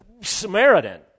Samaritan